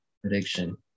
prediction